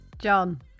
John